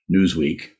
Newsweek